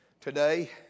today